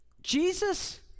Jesus